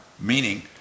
meaning